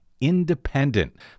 independent